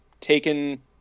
taken